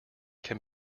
can